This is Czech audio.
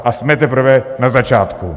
A jsme teprve na začátku.